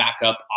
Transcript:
backup